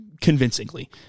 convincingly